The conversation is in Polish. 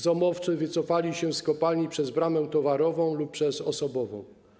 ZOMO-wcy wycofali się z kopalni przez bramę towarową lub przez osobową.